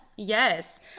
Yes